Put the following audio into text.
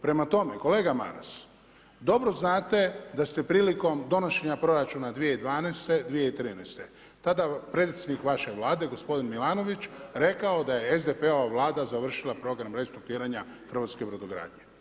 Prema tome, kolega Maras, dobro znate da ste prilikom donošenja proračuna 2012./2013. tada predsjednik vaše Vlade, gospodin Milanović rekao da je SDP-ova Vlada završila program restruktuiranja hrvatske brodogradnje.